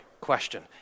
question